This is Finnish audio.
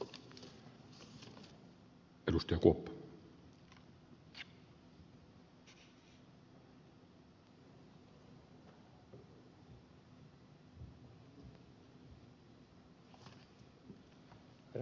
herra puhemies